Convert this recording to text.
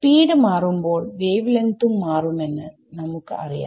speed മാറുമ്പോൾ wave ലെങ്ത്തും മാരുമെന്ന് നമുക്ക് അറിയാം